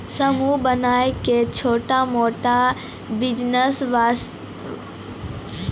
समूह बनाय के छोटा मोटा बिज़नेस वास्ते साप्ताहिक पैसा जमा करे वाला लोन कोंन सब छीके?